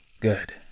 Good